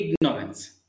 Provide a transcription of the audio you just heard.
ignorance